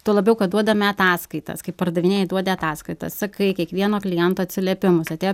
tuo labiau kad duodame ataskaitas kaip pardavinėji duodi ataskaitas sakai kiekvieno kliento atsiliepimus atėjo